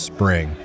Spring